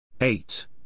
Eight